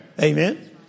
Amen